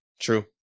True